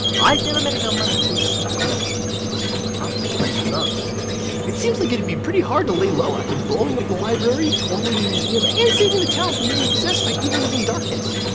i've never met a government that didn't just complicate things. i'd rather just lay low. spike it seems like it'd be pretty hard to lay low after blowing up the library, totaling the museum, and saving the town from being possessed by evil living darkness.